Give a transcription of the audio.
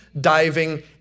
diving